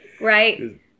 Right